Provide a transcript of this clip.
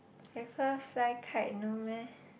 because fly kite no meh